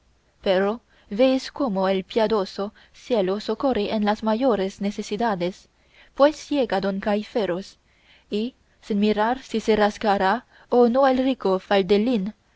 pero veis cómo el piadoso cielo socorre en las mayores necesidades pues llega don gaiferos y sin mirar si se rasgará o no el rico